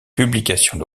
publications